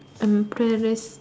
embarrassing